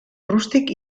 rústic